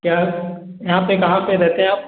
क्या यहाँ पर कहाँ पर रहते हैं आप